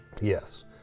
Yes